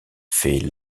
fait